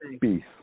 Peace